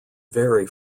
vary